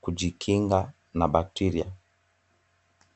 kujikinga na bacteria .